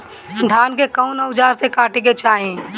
धान के कउन औजार से काटे के चाही?